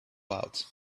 out